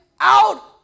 out